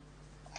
בבקשה.